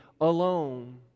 alone